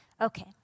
Okay